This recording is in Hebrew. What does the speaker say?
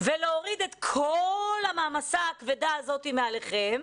להוריד את כל המעמסה הכבדה הזאת מעליכם,